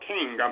King